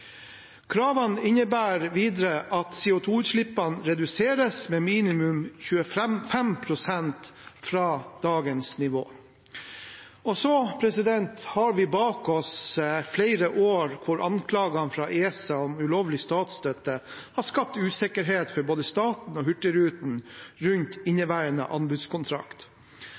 Kravene innebærer videre at CO 2 -utslippene reduseres med minimum 25 pst. fra dagens nivå. Så har vi bak oss flere år hvor anklager fra ESA om ulovlig statsstøtte har skapt usikkerhet for både staten og Hurtigruten rundt inneværende anbudskontrakt.